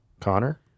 Connor